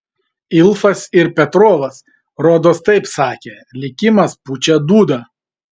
ilfas ir petrovas rodos taip sakė likimas pučia dūdą